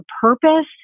purpose